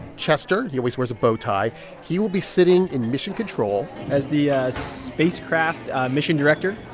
chester he always wears a bow tie he will be sitting in mission control as the spacecraft mission director,